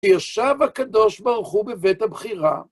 שישב הקדוש ברוך הוא בבית הבחירה,